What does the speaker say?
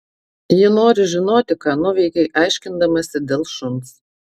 ji nori žinoti ką nuveikei aiškindamasi dėl šuns